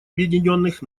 объединенных